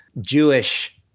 Jewish